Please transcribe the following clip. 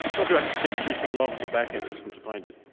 note you'd have to dig through some logs or back-end system to find it.